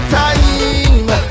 time